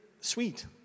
sweet